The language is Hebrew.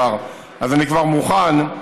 אז אני כבר מוכן,